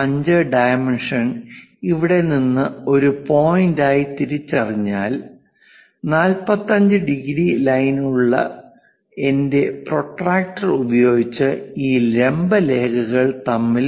5 dimension ഇവിടെ നിന്ന് ഒരു പോയിന്റായി തിരിച്ചറിഞ്ഞാൽ 45 ഡിഗ്രി ലൈനുള്ള എന്റെ പ്രൊട്ടക്റ്റർ ഉപയോഗിച്ച് ഈ ലംബ രേഖകൾ തമ്മിൽ